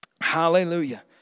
Hallelujah